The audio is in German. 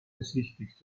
besichtigt